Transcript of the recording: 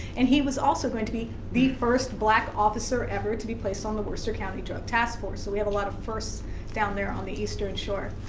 and he was also going to be the first black officer ever to be placed on the worcester county drug task force, so we have a lot of firsts down there on the eastern shore.